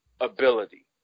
ability